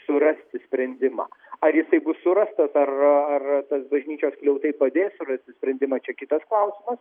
surasti sprendimą ar jisai bus surastas ar ar tas bažnyčios skliautai padės surasti sprendimą čia kitas klausimas